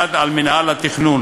המופקד על מינהל התכנון.